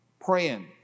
Praying